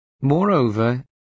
Moreover